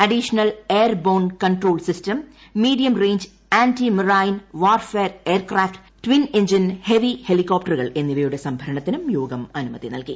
additional airborne control system medium range anti marine warfare aircraft twin engine heavy ഹെലികോപ്റ്ററുകൾ എന്നിവയുടെ സംഭരണത്തിനും യോഗം അനുമതി നൽകി